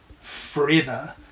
forever